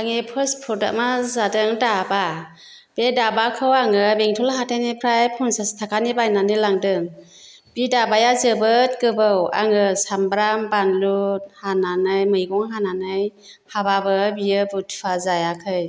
आंनि फास्ट प्रडामा जादों दाबा बे दाबाखौ आङो बेंटल हाथायनिफ्राय फनचास ताकानि बायनानै लांदों बे दाबाया जोबोद गोबौ आङो सामब्राम बान्लु हानानै मैगं हानानै हाबाबो बियो बथुवा जायाखै